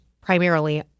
primarily